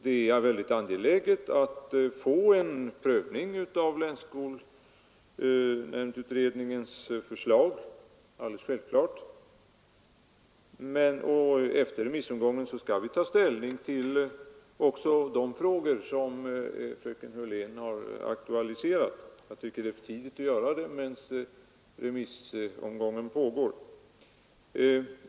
Det är angeläget att få en prövning av länsskolnämndsutredningens förslag, och efter remissomgången skall vi ta ställning också till de frågor som fröken Hörlén har aktualiserat — jag tycker det är för tidigt att göra det medan remissförfarandet pågår.